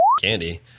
candy